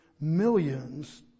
millions